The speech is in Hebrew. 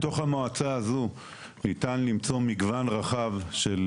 בתוך המועצה הזו ניתן למצוא מגוון רחב של